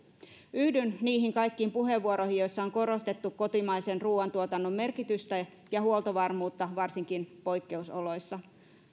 yhdyn niihin kaikkiin puheenvuoroihin joissa on korostettu kotimaisen ruoantuotannon merkitystä ja huoltovarmuutta varsinkin poikkeusoloissa